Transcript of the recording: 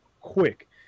quick